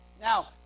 Now